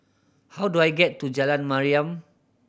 how do I get to Jalan Mariam